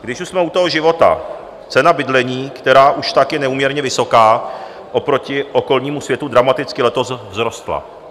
Když už jsme u toho života, cena bydlení, která už tak je neúměrně vysoká oproti okolnímu světu, dramaticky letos vzrostla.